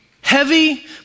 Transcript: Heavy